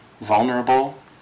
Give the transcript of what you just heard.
vulnerable